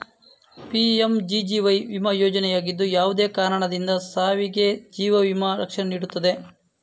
PMGGY ವಿಮಾ ಯೋಜನೆಯಾಗಿದ್ದು, ಯಾವುದೇ ಕಾರಣದಿಂದ ಸಾವಿಗೆ ಜೀವ ವಿಮಾ ರಕ್ಷಣೆಯನ್ನು ನೀಡುತ್ತದೆ